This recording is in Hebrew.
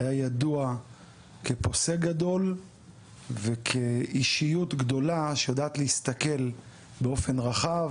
היה ידוע כפוסק גדול וכאישיות גדולה שיודעת להסתכל באופן רחב,